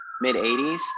mid-80s